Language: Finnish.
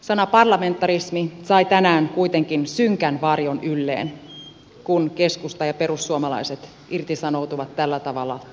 sana parlamentarismi sai tänään kuitenkin synkän varjon ylleen kun keskusta ja perussuomalaiset irtisanoutuivat tällä tavalla lakien noudattamisesta